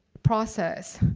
process.